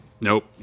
Nope